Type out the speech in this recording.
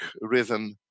rhythm